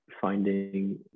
finding